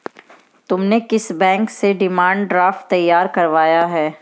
तुमने किस बैंक से डिमांड ड्राफ्ट तैयार करवाया है?